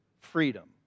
freedom